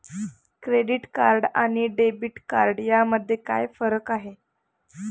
Credit card आणि debit card यामध्ये काय फरक आहे?